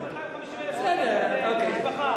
חיסכון 250,000, בסדר, אוקיי.